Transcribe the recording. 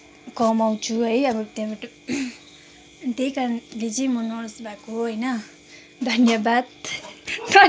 कमाउँछु है अब त्यहाँबाट त्यहीकारणले चाहिँ म नर्स भएको हो होइन धन्यवाद